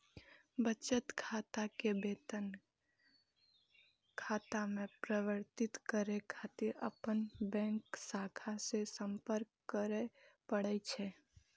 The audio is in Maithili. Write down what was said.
बचत खाता कें वेतन खाता मे परिवर्तित करै खातिर अपन बैंक शाखा सं संपर्क करय पड़ै छै